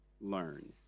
learn